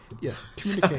yes